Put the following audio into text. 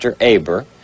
Aber